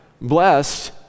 blessed